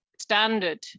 Standard